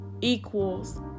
equals